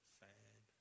sad